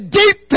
deep